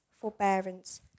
forbearance